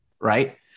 Right